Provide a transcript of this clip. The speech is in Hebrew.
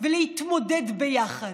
ולהתמודד ביחד.